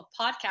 podcast